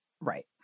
right